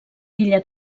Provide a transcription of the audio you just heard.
ella